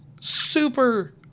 super